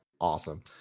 awesome